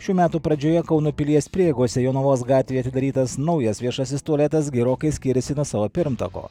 šių metų pradžioje kauno pilies prieigose jonavos gatvėje atidarytas naujas viešasis tualetas gerokai skiriasi nuo savo pirmtako